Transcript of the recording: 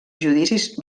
judicis